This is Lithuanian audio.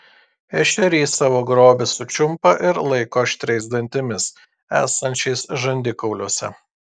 ešerys savo grobį sučiumpa ir laiko aštriais dantimis esančiais žandikauliuose